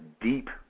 deep